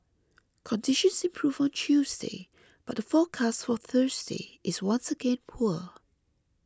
conditions improved on Tuesday but the forecast for Thursday is once again poor